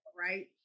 Right